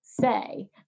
say